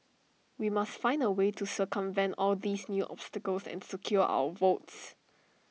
we must find A way to circumvent all these new obstacles and secure our votes